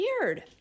weird